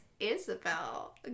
Isabel